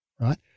right